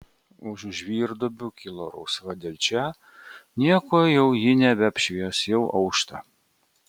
užu žvyrduobių kilo rausva delčia nieko jau ji nebeapšvies jau aušta